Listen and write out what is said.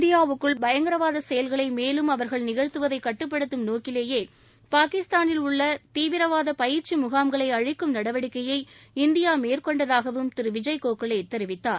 இந்தியாவுக்குள் பயங்கரவாத செயல்களை மேலும் அவர்கள் நிகழ்த்துவதை கட்டுப்படுத்தும் நோக்கிலேயே பாகிஸ்தானில் உள்ள தீவிரவாத பயிற்சி முகாம்களை அழிக்கும் நடவடிக்கையை இந்தியா மேற்கொண்டதாகவும் திரு விஜய் கோகலே தெரிவித்தார்